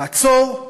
לעצור,